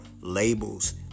labels